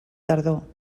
tardor